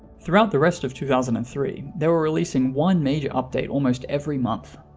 throughout the rest of two thousand and three, they were releasing one major update almost every month.